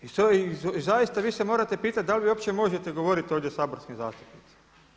I zaista vi se morate pitati da li vi uopće možete govoriti ovdje o saborskim zastupnicima.